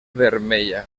vermella